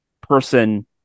person